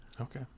Okay